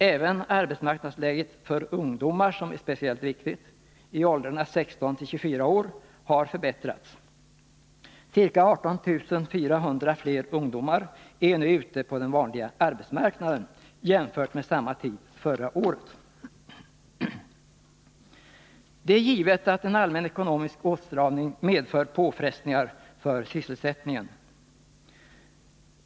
Även arbetsmarknadsläget för ungdomar i åldrarna 16-24 år, som är speciellt viktigt, har förbättrats. Ca 18400 fler ungdomar är ute på den vanliga arbetsmarknaden i jämförelse med samma tid förra året. Det är givet att en allmän ekonomisk åtstramning medför påfrestningar för sysselsättningen.